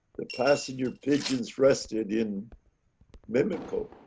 the passenger pigeons rested in memico.